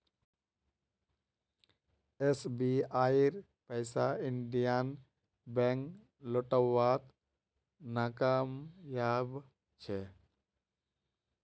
एसबीआईर पैसा Indian Bank लौटव्वात नाकामयाब छ